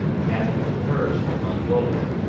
cattle and furs from mongolia.